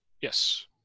Yes